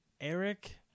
Eric